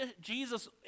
Jesus